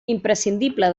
imprescindible